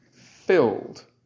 filled